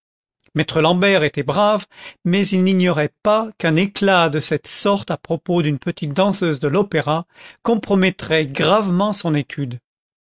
maître l'ambert était brave mais il n'ignorait pas qu'un éclat de cette sorte à propos d'une petite danseuse de l'opéra compromettrait gravement son étude